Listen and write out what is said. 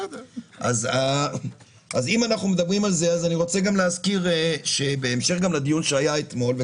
אם אנחנו מדברים על זה אז אני רוצה גם להזכיר בהמשך לדיון שהיה אתמול,